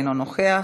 אינו נוכח,